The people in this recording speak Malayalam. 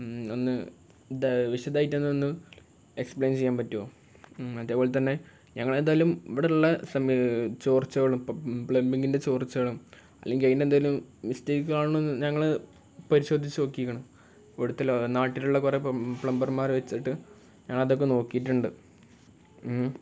ഒന്ന് ധാ വിശദമായിട്ട് ഒന്ന് ഒന്ന് എക്സ്പ്ലെയിൻ ചെയ്യാൻ പറ്റുമോ അതേപോലെ തന്നെ ഞങ്ങൾ ഏതായാലും ഇവിടുള്ള സമ ചോർച്ചകളും പ്ലംബിങ്ങിൻ്റെ ചോർച്ചകളും അല്ലെങ്കിൽ അതിന് എന്തേലും മിസ്റ്റേക്ക് ആണെന്ന് ഞങ്ങൾ പരിശോധിച്ച് നോക്കിക്കോണം ഇവിടുത്തെ നാട്ടിലുള്ള കുറേ പ്ലംബർമാർ വെച്ചിട്ട് ഞങ്ങൾ അതൊക്കെ നോക്കിയിട്ടുണ്ട്